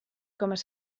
temps